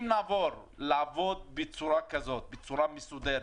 אם נעבור לעבוד בצורה כזאת, בצורה מסודרת,